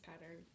pattern